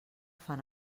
fan